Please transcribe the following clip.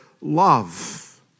love